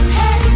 hey